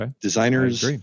Designers